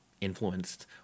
influenced